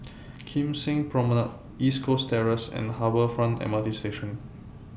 Kim Seng Promenade East Coast Terrace and Harbour Front MRT Station